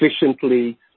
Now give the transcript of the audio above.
efficiently